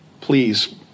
Please